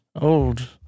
old